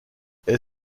est